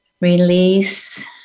release